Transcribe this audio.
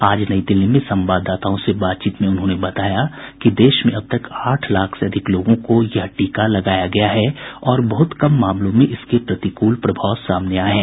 आज नई दिल्ली में संवाददाताओं से बातचीत में उन्होंने बताया कि देश में अब तक आठ लाख से अधिक लोगों को यह टीका लगाया गया है और बहुत कम मामलों में इसके प्रतिकूल प्रभाव सामने आए हैं